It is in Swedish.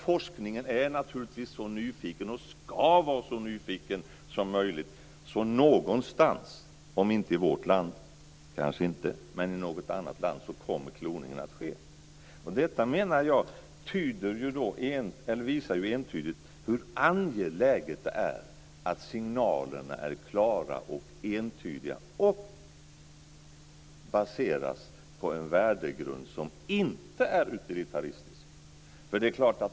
Forskningen är naturligtvis och ska vara så nyfiken som möjligt, så någonstans, kanske inte i vårt land men i något annat land, kommer kloningen att ske. Detta menar jag entydigt visar hur angeläget det är att signalerna är klara och entydiga och baseras på en värdegrund som inte är utilitaristisk.